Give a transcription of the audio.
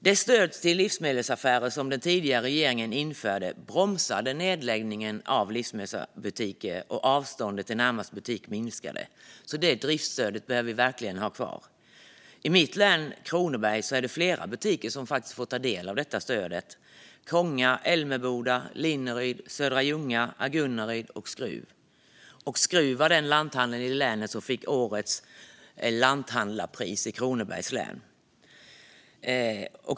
Det stöd till livsmedelsaffärer som den tidigare regeringen införde bromsade nedläggningen av livsmedelsbutiker och minskade avståndet till närmaste butik, så det driftsstödet behöver vi verkligen ha kvar. I mitt län Kronoberg är det flera butiker som får ta del av stödet - de i Konga, Älmeboda, Linneryd, Södra Ljunga, Agunnaryd och Skruv. Skruvs lanthandel fick årets lanthandlarpris i Kronobergs län.